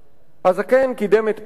"הזקן קידם את פני,